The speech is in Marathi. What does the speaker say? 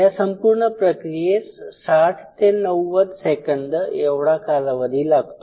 या संपूर्ण प्रक्रियेस 60 ते 90 सेकंद एवढा कालावधी लागतो